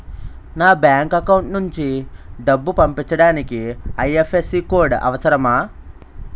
నా bank account నుంచి డబ్బు పంపించడానికి ఐ.ఎఫ్.ఎస్.సి కోడ్ అవసరమా?